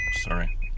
sorry